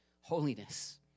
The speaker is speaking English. holiness